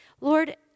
Lord